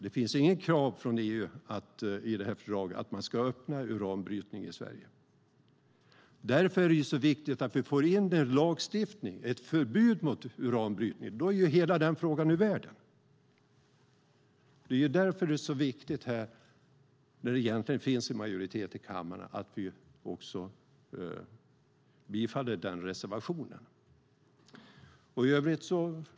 Det finns inga krav i EU-fördraget på att man ska starta uranbrytning i Sverige. Därför är det viktigt att vi i lagstiftningen får in ett förbud mot uranbrytning. Då är hela frågan ur världen. När det egentligen finns en majoritet i kammaren är det viktigt att reservationen bifalls.